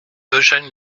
eugène